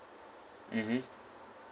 mmhmm